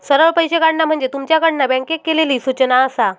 सरळ पैशे काढणा म्हणजे तुमच्याकडना बँकेक केलली सूचना आसा